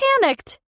panicked